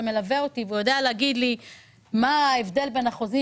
שמלווה אותי ויודע להגיד לי מה ההבדל בין החוזים